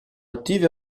attive